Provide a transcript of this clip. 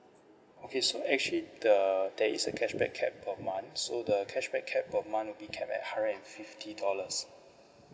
okay so actually the there is a cashback cap per month so the cashback cap per month will be capped at hundred and fifty dollars